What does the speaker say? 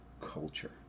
culture